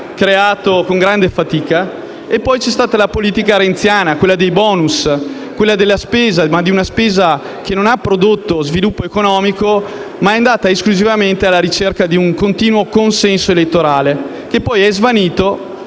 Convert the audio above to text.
creato con grande fatica. Poi c'è stata la politica renziana, quella dei *bonus*, quella di una spesa che non ha prodotto sviluppo economico, ma che è andata esclusivamente alla ricerca di un continuo consenso elettorale che poi è svanito